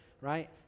right